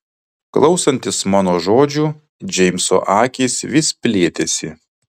klausantis mano žodžių džeimso akys vis plėtėsi